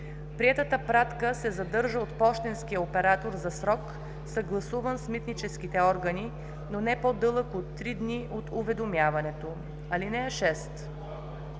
Приетата пратка се задържа от пощенския оператор за срок, съгласуван с митническите органи, но не по-дълъг от 3 дни от уведомяването. (6)